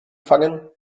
fangen